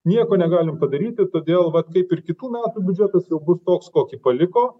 nieko negalim padaryti todėl vat kaip ir kitų metų biudžetas bus toks kokį paliko